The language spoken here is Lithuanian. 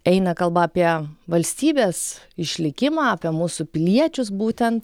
eina kalba apie valstybės išlikimą apie mūsų piliečius būtent